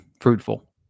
fruitful